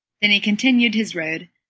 then he continued his road,